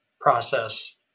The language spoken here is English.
process